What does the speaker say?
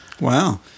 Wow